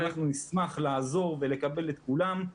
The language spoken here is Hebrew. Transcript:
אנחנו נשמח לעזור ולקבל את כולם,